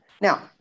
Now